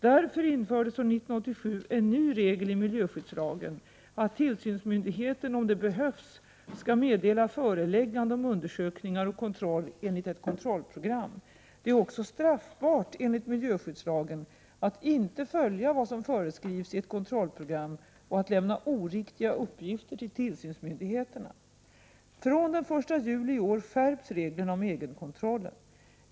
Därför infördes år 1987 en ny regel i miljöskyddslagen om att tillsynsmyndigheten om det behövs skall meddela föreläggande om undersökningar och kontroll enligt ett kontrollprogram. Det är också straffbart enligt miljöskyddslagen att inte följa vad som föreskrivs i ett kontrollprogram och att lämna oriktiga uppgifter till tillsynsmyndigheterna. Den 1 juli i år skärps reglerna om egenkontrollen.